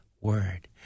word